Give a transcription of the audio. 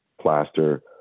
plaster